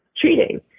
treating